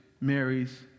Mary's